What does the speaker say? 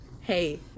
hey